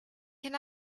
can